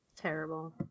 Terrible